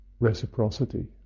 Reciprocity